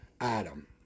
Adam